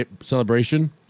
celebration